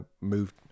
moved